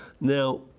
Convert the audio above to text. Now